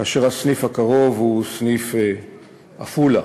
כאשר הסניף הקרוב הוא סניף עפולה.